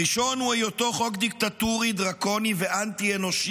הראשון הוא היותו חוק דיקטטורי דרקוני ואנטי-אנושי,